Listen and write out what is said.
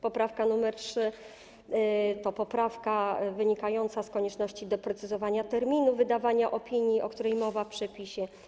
Poprawka nr 3 to poprawka wynikająca z konieczności doprecyzowania terminu wydawania opinii, o której mowa w przepisie.